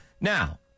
Now